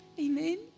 Amen